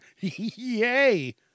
Yay